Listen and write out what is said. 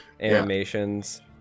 animations